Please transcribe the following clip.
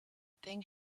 thing